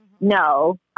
no